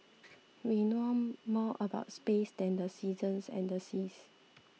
we know more about space than the seasons and the seas